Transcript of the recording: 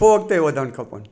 पोइ अॻिते वधणु खपनि